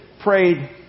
prayed